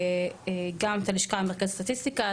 וגם את הלשכה המרכזית לסטטיסטיקה.